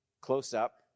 close-up